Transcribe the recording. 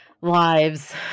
lives